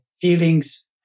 feelings